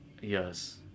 Yes